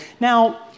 Now